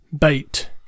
Bait